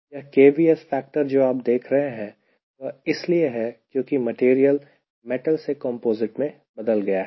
यह KVS factor जो आप देख रहे हैं वह इसलिए है क्योंकि मटेरियल मेटल से कंपोजिट में बदल गया है